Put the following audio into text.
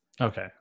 Okay